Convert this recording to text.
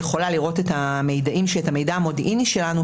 שהיא יכולה לראות את המידע המודיעיני שלנו,